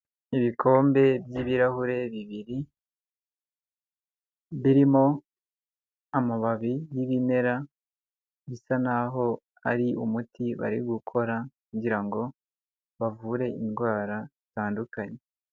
Ibikombe by'ibirahure bibiri birimo amababi y'ibimera bisa naho ari umuti bari gukora kugira ngo bavure indwara zitandukanye.